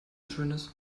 schönes